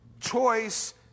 choice